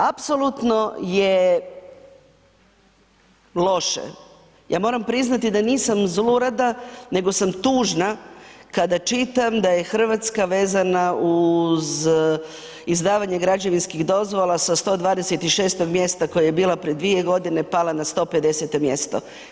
Apsolutno je loše, ja moram priznati da nisam zlurada nego sam tužna kada čitam da je Hrvatska vezana uz izdavanje građevinskih dozvola sa 126. mjesta koje je bila prije 2 godine pala na 150. mjesto.